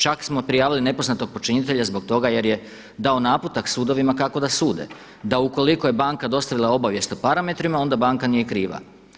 Čak smo prijavili nepoznatog počinitelja zbog toga jer je dao naputak sudovima kako da sude, da u koliko je banka dostavila obavijest o parametrima onda banka nije kriva.